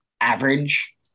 average